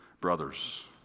brothers